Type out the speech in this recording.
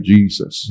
Jesus